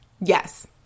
yes